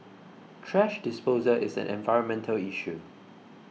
thrash disposal is an environmental issue